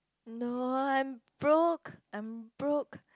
no I'm broke I'm broke